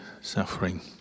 suffering